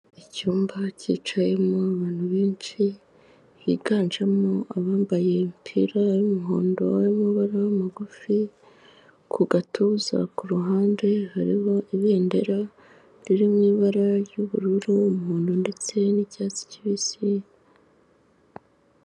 Icyumba cyicayemo abantu benshi higanjemo abambaye imipira y'umuhondo y'amabara magufi, ku gatuza kuruhande hariho ibendera riri mu ibara ry'ubururu, umuhondo ndetse n'icyatsi kibisi.